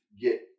get